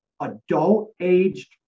adult-aged